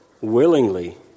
willingly